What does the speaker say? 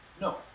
No